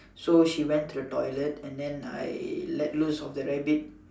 so she went to the toilet and then I let loose of the rabbit